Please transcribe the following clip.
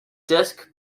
disc